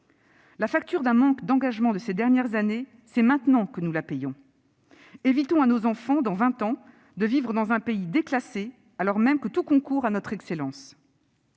La facture du manque d'engagement de ces dernières années, c'est maintenant que nous la payons. Évitons à nos enfants de vivre, dans vingt ans, dans un pays déclassé, alors même que tout concourt à notre excellence.